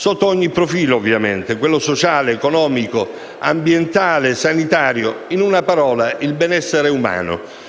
sotto ogni profilo ovviamente: sociale, economico, ambientale, sanitario; in una parola, il benessere umano.